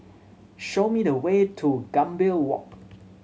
show me the way to Gambir Walk